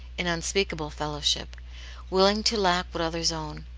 in unspeakable fellowship willing to lack what others own,